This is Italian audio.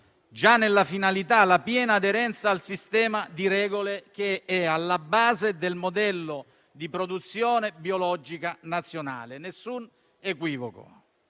già nella finalità la piena aderenza al sistema di regole che sono alla base del modello di produzione biologica nazionale. Non vi è alcun equivoco.